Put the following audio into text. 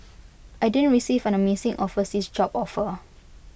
I didn't receive an amazing overseas job offer